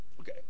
Okay